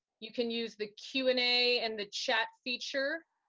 you can use the q and a and the chat feature.